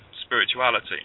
spirituality